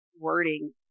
wording